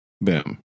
Boom